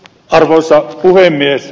arvoisa puhemies